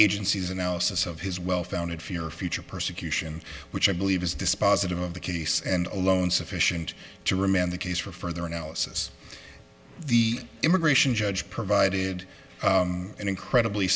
agency's analysis of his well founded fear future persecution which i believe is dispositive of the case and alone sufficient to remand the case for further analysis the immigration judge provided an incredibly